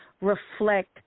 reflect